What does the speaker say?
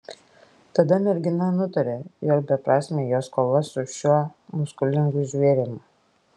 tada mergina nutarė jog beprasmė jos kova su šiuo muskulingu žvėrim